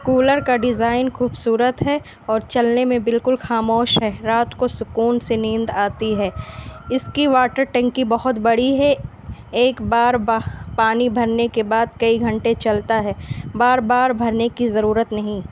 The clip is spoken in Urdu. کولر کا ڈیزائن کھوبصورت ہے اور چلنے میں بالکل خاموش ہے رات کو سکون سے نیند آتی ہے اس کی واٹر ٹنکی بہت بڑی ہے ایک بار باہر پانی بھرنے کے بعد کئی گھنٹے چلتا ہے بار بار بھرنے کی ضرورت نہیں